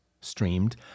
streamed